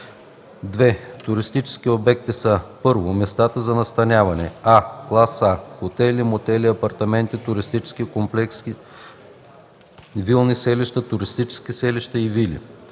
(2) Туристически обекти са: 1. местата за настаняване: а) клас А - хотели, мотели, апартаментни туристически комплекси, вилни селища, туристически селища и вили;